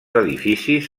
edificis